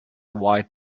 white